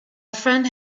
friend